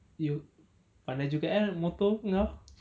you pandai juga eh motor kau